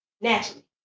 Naturally